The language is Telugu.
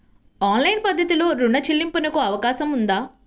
ఆన్లైన్ పద్ధతిలో రుణ చెల్లింపునకు అవకాశం ఉందా?